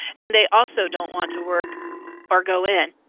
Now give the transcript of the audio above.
and they also don't want to work or go in.